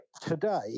today